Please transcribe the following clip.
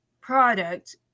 product